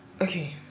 Okay